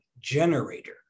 generator